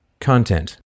content